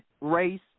race